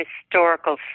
historical